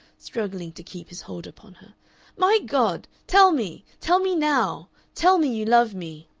struggling to keep his hold upon her my god! tell me tell me now tell me you love me!